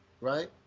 Right